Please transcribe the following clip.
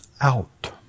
out